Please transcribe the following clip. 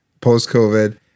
post-COVID